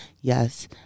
Yes